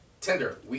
Tinder